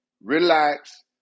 relax